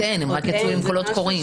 עכשיו הוא יעמוד חשוף לחלוטין בהליך הפלילי?